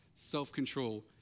self-control